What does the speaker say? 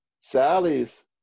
Sally's